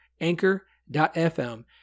anchor.fm